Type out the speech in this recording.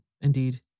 indeed